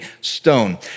stone